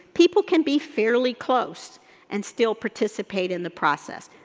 people can be fairly close and still participate in the process.